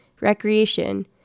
recreation